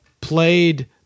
played